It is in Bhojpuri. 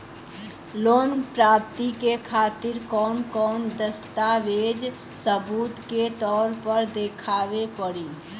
लोन प्राप्ति के खातिर कौन कौन दस्तावेज सबूत के तौर पर देखावे परी?